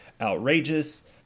outrageous